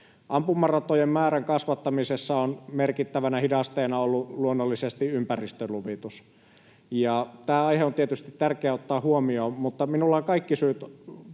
Ampumaratojen määrän kasvattamisessa on merkittävänä hidasteena ollut luonnollisesti ympäristöluvitus, ja tämä aihe on tietysti tärkeää ottaa huomioon, mutta minulla on kaikki syyt